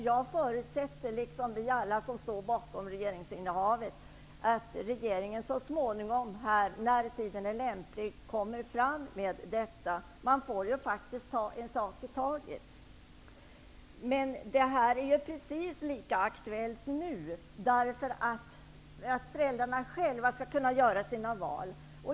Jag förutsätter, liksom vi alla som står bakom regeringen, att regeringen så småningom, när tiden är lämplig, lägger fram förslag om detta. Man får faktiskt ta en sak i taget. Detta är precis lika aktuellt nu, därför att föräldrarna själva skall kunna göra sina val.